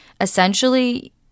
essentially